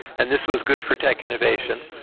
and this was good for tech innovation.